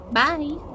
Bye